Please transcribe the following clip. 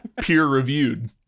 Peer-reviewed